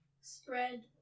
Spread